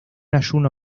ayuno